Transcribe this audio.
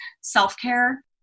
self-care